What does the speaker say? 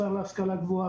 השר להשכלה גבוהה,